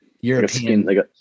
European